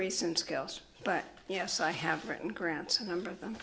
recent skills but yes i have written grants a number of them